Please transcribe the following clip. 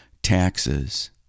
taxes